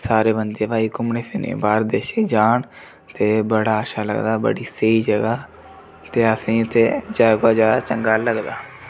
सारे बन्दे भई घूमने फिरने गी बाह्र देशें जान ते बड़ा अच्छा लगदा बड़ी स्हेई जगह् ते असेंगी ते ज्यादा कोला ज्यादा चंगा लगदा